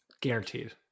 guaranteed